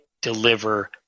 deliver